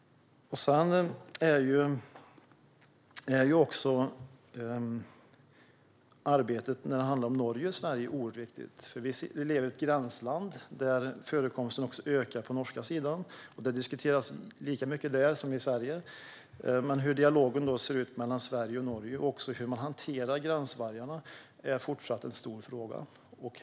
Arbetet när det handlar om Norge och Sverige är också oerhört viktigt. Vi lever i ett gränsland där förekomsten ökar också på den norska sidan, och det diskuteras lika mycket där som i Sverige. Men hur dialogen ser ut mellan Sverige och Norge - och hur man hanterar gränsvargarna - är även fortsättningsvis en viktig fråga.